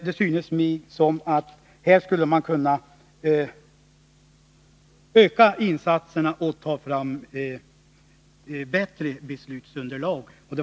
Det synes mig som om man här skulle kunna öka insatserna och ta fram ett bättre beslutsunderlag.